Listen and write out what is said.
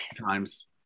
Times